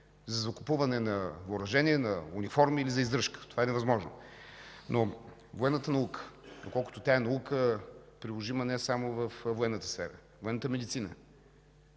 за закупуване на въоръжение, на униформи или за издръжка. Това е невъзможно! Но военната наука, доколкото е наука, приложима не само във военната сфера – за военната медицина,